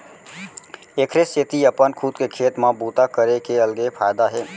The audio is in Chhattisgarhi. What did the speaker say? एखरे सेती अपन खुद के खेत म बूता करे के अलगे फायदा हे